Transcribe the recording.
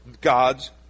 God's